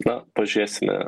na pažiūrėsime